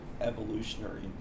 evolutionary